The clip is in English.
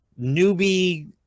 newbie